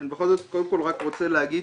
אני בכל זאת קודם כל רק רוצה להגיד